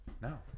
no